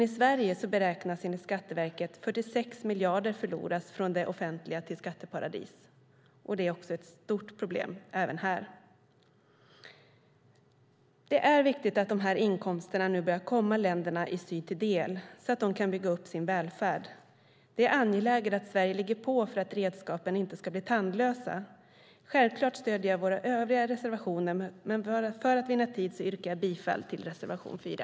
I Sverige beräknas enligt Skatteverket 46 miljarder förloras från det offentliga till skatteparadis. Det är ett stort problem även här. Det är viktigt att dessa inkomster nu börjar komma länderna i syd till del så att de kan bygga upp sin välfärd. Det är angeläget att Sverige ligger på för att redskapen inte ska bli tandlösa. Självklart stöder jag våra övriga reservationer, men för att vinna tid yrkar jag bifall till reservation 4.